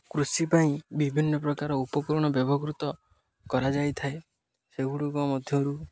କୃଷି ପାଇଁ ବିଭିନ୍ନପ୍ରକାର ଉପକରଣ ବ୍ୟବହୃତ କରାଯାଇଥାଏ ସେଗୁଡ଼ିକ ମଧ୍ୟରୁ